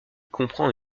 comprend